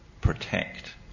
protect